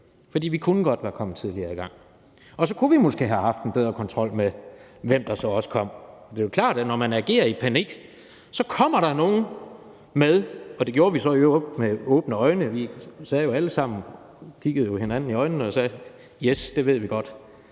fordi vi godt kunne være kommet tidligere i gang, og så kunne vi måske have haft en bedre kontrol med, hvem der så også kom med. Det er jo klart, at når man agerer i panik, kommer der nogle med. Det gjorde vi så i øvrigt med åbne øjne. Vi sad jo alle sammen og kiggede hinanden i øjnene og sagde: Yes, det ved vi godt;